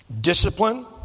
discipline